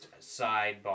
sidebar